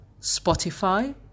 Spotify